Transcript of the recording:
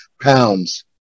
pounds